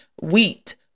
wheat